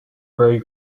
very